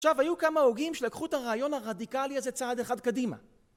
עכשיו, היו כמה הוגים שלקחו את הרעיון הרדיקלי הזה צעד אחד קדימה.